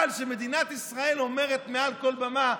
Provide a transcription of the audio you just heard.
אבל כשמדינת ישראל אומרת מעל כל במה,